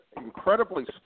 incredibly